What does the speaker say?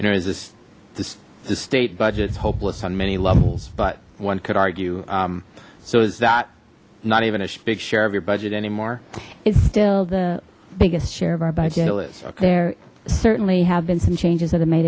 you know is this the state budget it's hopeless on many levels but one could argue so is that not even a big share of your budget anymore it's still the biggest share of our budget there certainly have been some changes that have made